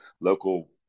local